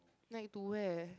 like to where